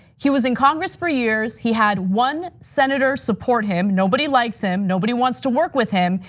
he was in congress for years. he had one senator support him. nobody likes him, nobody wants to work with him,